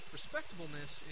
Respectableness